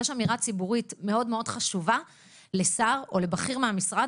יש אמירה ציבורית מאוד מאוד חשובה לשר או לבכיר מהמשרד,